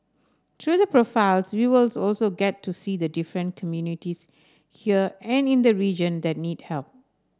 through the profiles viewers also get to see the different communities here and in the region that need help